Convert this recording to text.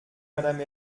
madame